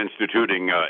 instituting